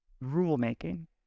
rule-making